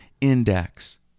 index